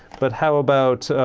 but how about